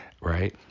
right